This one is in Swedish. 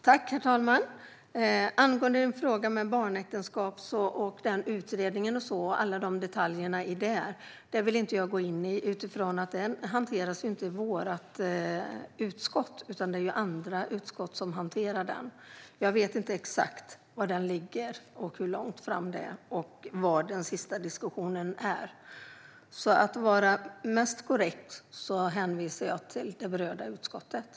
Herr talman! Jag vill inte gå in i alla detaljer när det gäller barnäktenskap och utredningen om detta. Utredningen hanteras ju inte av vårt utskott, utan det gör andra. Jag vet inte exakt var det hela ligger, hur långt fram de har kommit eller vad den senaste diskussionen handlar om. För att vara helt korrekt hänvisar jag till det berörda utskottet.